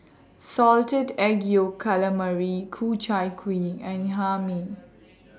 Salted Egg Yolk Calamari Ku Chai Kuih and Hae Mee